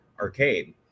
arcade